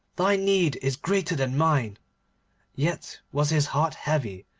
thy need is greater than mine yet was his heart heavy,